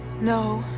no.